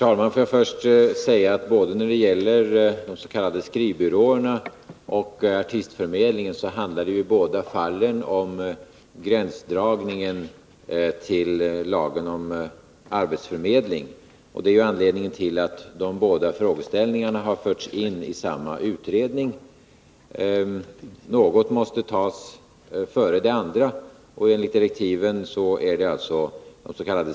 Herr talman! Både när det gäller de s.k. skrivbyråerna och i fråga om artistförmedlingen handlar det om gränsdragningen till lagen om arbetsförmedling. Det är anledningen till att dessa båda frågeställningar har förts in i samma utredning. Något måste tas före det andra, och enligt direktiven är det alltså des.k.